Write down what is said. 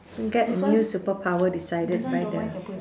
get a new superpower decided by the